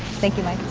thank you mike.